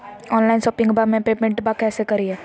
Online शोपिंगबा में पेमेंटबा कैसे करिए?